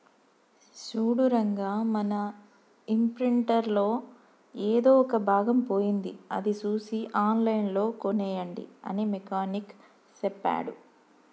సూడు రంగా మన ఇంప్రింటర్ లో ఎదో ఒక భాగం పోయింది అది సూసి ఆన్లైన్ లో కోనేయండి అని మెకానిక్ సెప్పాడు